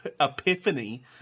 epiphany